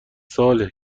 ساله